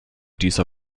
dieser